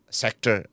sector